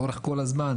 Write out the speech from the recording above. לאורך כל הזמן,